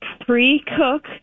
pre-cook